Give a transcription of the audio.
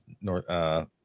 North